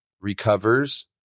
recovers